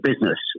business